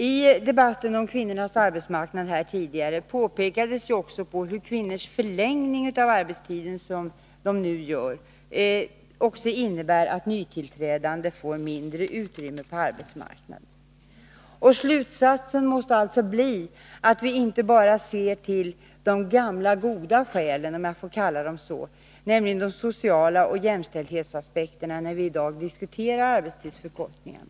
I den tidigare debatten om kvinnornas arbetsmarknad pekades på hur den förlängning av arbetstiden för kvinnor som nu sker också innebär att nytillträdande får mindre utrymme på arbetsmarknaden. Slutsatsen måste alltså bli att vi inte bara ser till de gamla goda skälen — om jag får kalla dem så — nämligen de sociala skälen och jämställdhetsaspekterna när vi i dag diskuterar arbetstidsförkortningen.